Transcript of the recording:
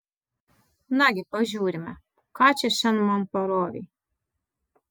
nagi pažiūrime ką čia šian man parovei